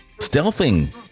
Stealthing